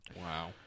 Wow